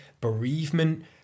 bereavement